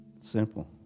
Simple